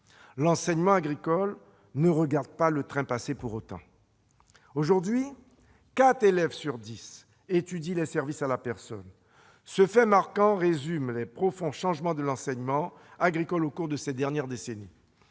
enseignement ne regarde pas le train passer. Aujourd'hui, quatre élèves sur dix étudient les services à la personne. Ce fait marquant résume les profonds changements de l'enseignement agricole au cours de ces dernières décennies.